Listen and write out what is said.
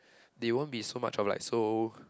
they won't be so much of like so